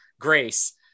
Grace